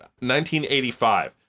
1985